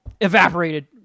evaporated